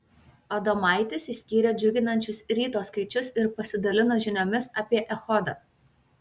adomaitis išskyrė džiuginančius ryto skaičius ir pasidalino žiniomis apie echodą